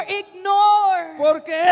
ignore